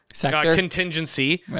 contingency